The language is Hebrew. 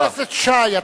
חבר הכנסת שי,